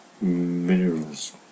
Minerals